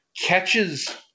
catches